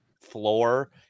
floor